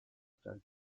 star